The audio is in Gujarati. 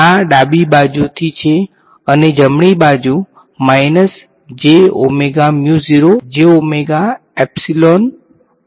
આ ડાબી બાજુથી છે અને જમણી બાજુ બનશે